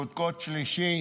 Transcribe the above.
וקודקוד שלישי